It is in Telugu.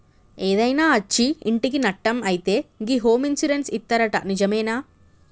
ఏదైనా అచ్చి ఇంటికి నట్టం అయితే గి హోమ్ ఇన్సూరెన్స్ ఇత్తరట నిజమేనా